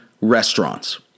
restaurants